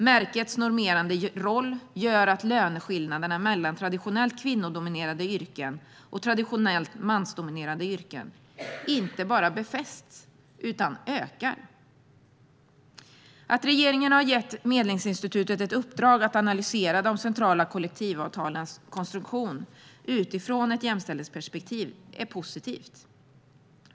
Märkets normerande roll gör att löneskillnaderna mellan traditionellt kvinnodominerade och traditionellt mansdominerade yrken inte bara befästs utan ökar. Att regeringen har gett Medlingsinstitutet i uppdrag att analysera de centrala kollektivavtalens konstruktion utifrån ett jämställdhetsperspektiv är positivt.